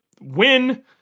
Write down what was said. win